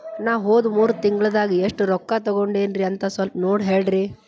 ನಾ ಹೋದ ಮೂರು ತಿಂಗಳದಾಗ ಎಷ್ಟು ರೊಕ್ಕಾ ತಕ್ಕೊಂಡೇನಿ ಅಂತ ಸಲ್ಪ ನೋಡ ಹೇಳ್ರಿ